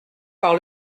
par